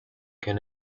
can